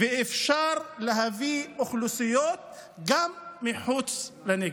ואפשר להביא אוכלוסיות גם מחוץ לנגב.